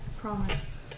promise